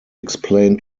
explain